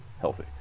healthy